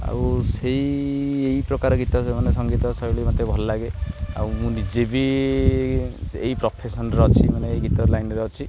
ଆଉ ସେଇ ଏଇପ୍ରକାର ଗୀତ ମାନେ ସଙ୍ଗୀତ ଶୈଳୀ ମୋତେ ଭଲ ଲାଗେ ଆଉ ମୁଁ ନିଜେ ବି ଏଇ ପ୍ରଫେସନ୍ରେ ଅଛି ମାନେ ଏଇ ଗୀତ ଲାଇନ୍ରେ ଅଛି